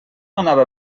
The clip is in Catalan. anava